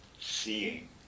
seeing